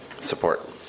support